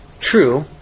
true